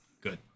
Good